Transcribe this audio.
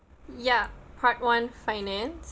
ya part one finance